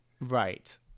right